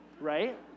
right